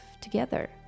together